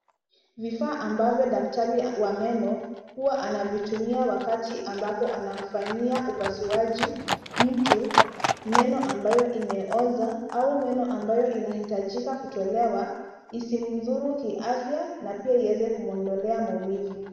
Vifaa ambavyo wa daktari wa meno, huwa anavitumia wakati ambapo anamfanyia upasuaji mtu, meno ambayo imeoza, au meno ambayo inahitajika, kutolewa, isimdhuru kiafya, na pia iweze kumwondolea maumivu.